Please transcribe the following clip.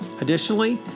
Additionally